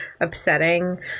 upsetting